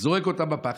זורק אותם בפח,